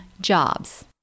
jobs